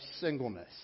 singleness